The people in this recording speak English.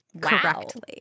correctly